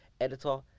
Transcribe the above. Editor